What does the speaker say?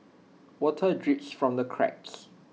water drips from the cracks